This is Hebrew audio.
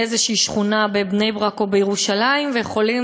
באיזו שכונה בבני-ברק או בירושלים ויכולים